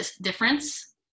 difference